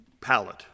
palette